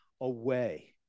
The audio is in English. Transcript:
away